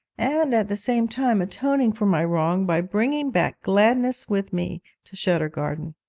and at the same time atoning for my wrong by bringing back gladness with me to shuturgarden.